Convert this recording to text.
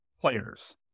players